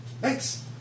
Thanks